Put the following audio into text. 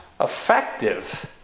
effective